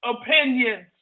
opinions